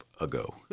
ago